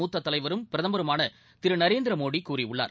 மூத்த தலைவரும் பிரதமருமான திரு நரேந்திமோடி கூறியுள்ளார்